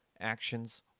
actions